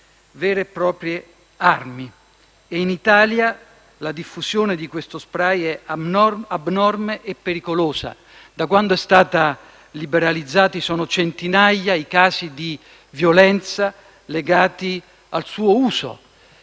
vere e proprie armi e, in Italia, la loro diffusione è abnorme e pericolosa. Da quando è stato liberalizzato, sono centinaia i casi di violenza legati al suo uso.